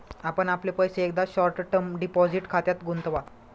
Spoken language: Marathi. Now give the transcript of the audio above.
आपण आपले पैसे एकदा शॉर्ट टर्म डिपॉझिट खात्यात गुंतवा